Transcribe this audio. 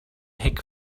heck